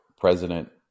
President